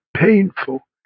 painful